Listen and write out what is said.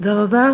תודה רבה.